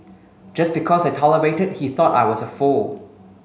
just because I tolerated he thought I was a fool